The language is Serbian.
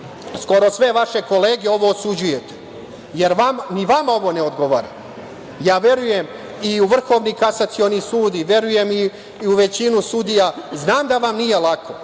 skoro sve vaše kolege ovo osuđujete, jer ni vama ovo ne odgovara. Verujem i u Vrhovni kasacioni sud, verujem i u većinu sudija, znam da vam nije lako,